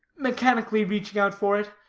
mechanically reaching out for it,